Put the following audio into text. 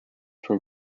from